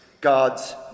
God's